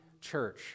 church